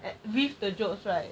and with the jokes right